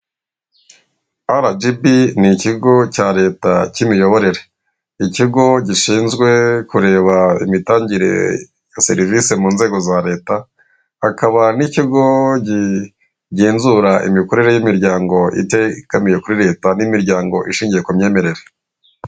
Aradibi ni ikigo cya leta cy'imiyoborere. Ni ikigo gishinzwe kureba imitangire ya serivisi mu nzego za leta, hakaba n'ikigo kigenzura imikorere y'imiryango itegamiye kuri leta, n'imiryango ishingiye ku myemerere.